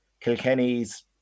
Kilkenny's